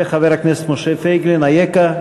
וחבר הכנסת משה פייגלין, אייכה?